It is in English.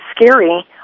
scary